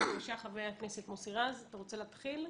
בבקשה, חבר הכנסת מוסי רז, אתה רוצה להתחיל?